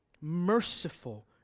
merciful